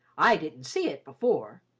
i didn't see it before.